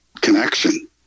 connection